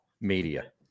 media